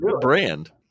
brand